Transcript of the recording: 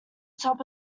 top